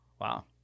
wow